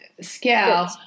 scale